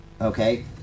okay